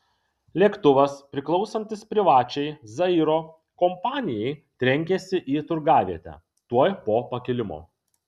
lėktuvas priklausantis privačiai zairo kompanijai trenkėsi į turgavietę tuoj po pakilimo